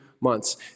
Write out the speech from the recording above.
months